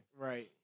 Right